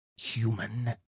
Human